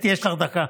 אתי, יש לך דקה.